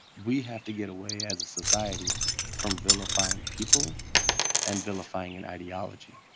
we have to get away as a society from vilifying people and vilifying an ideology.